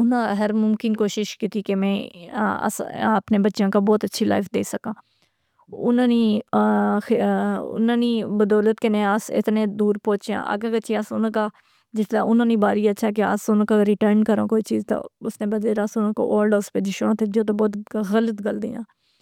اناں ہر ممکن کوشش کیتی کہ میں اپنے بچیاں کا بہت اچھی لائف دے سکا۔ اناں نی بدولت کنے اس اتنے دور پہنچیاں۔ آگے پیچھے اس اوناں کا جس طرح اوناں نی باری اچھے کہ اس اناں کا ریٹرن کراں کوئی چیزتہ اس نے بدلے اس اوناں کا اولڈ ہاؤس پیجی شوڑا تہ جدو بہت غلط گال دیاں.